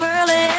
Early